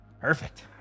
Perfect